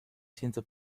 senza